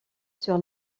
sur